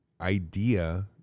idea